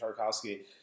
Tarkovsky